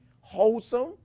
wholesome